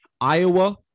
Iowa